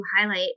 highlight